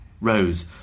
Rose